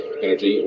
energy